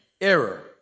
Error